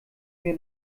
mir